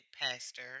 pastor